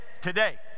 today